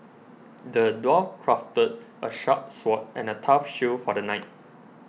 the dwarf crafted a sharp sword and a tough shield for the knight